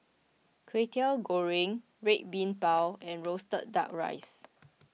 Kway Teow Goreng Red Bean Bao and Roasted Duck Rice